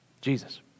Jesus